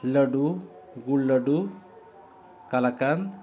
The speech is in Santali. ᱞᱟᱹᱰᱩ ᱜᱩᱞ ᱞᱟᱹᱰᱩ ᱠᱟᱞᱟᱠᱟᱱᱫ